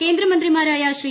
കേന്ദ്രമന്ത്രിമാരായ ശ്രീ